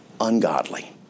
ungodly